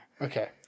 Okay